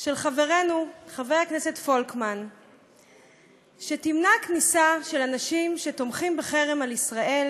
של חברנו חבר הכנסת פולקמן שתמנע כניסה של אנשים שתומכים בחרם על ישראל